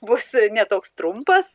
bus ne toks trumpas